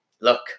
look